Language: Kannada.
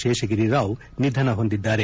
ಶೇಷಗಿರಿರಾವ್ ನಿಧನ ಹೊಂದಿದ್ದಾರೆ